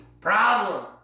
problem